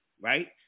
right